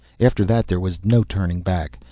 after that there was no turning back.